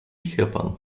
happen